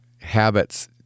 habits